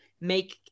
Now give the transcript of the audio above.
make